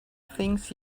things